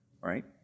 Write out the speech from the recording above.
right